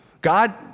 God